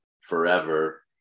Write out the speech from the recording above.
forever